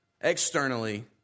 externally